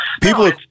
People